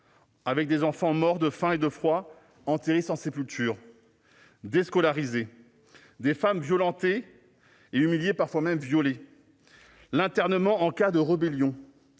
Des enfants morts de faim et de froid, enterrés sans sépulture, d'autres déscolarisés, des femmes violentées et humiliées, parfois même violées, l'internement en cas de rébellion,